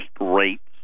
rates